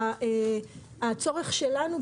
והצורך שלנו,